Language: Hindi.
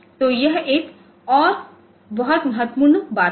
तो यह एक और बहुत महत्वपूर्ण बात है